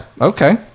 Okay